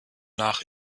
nach